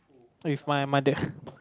with my mother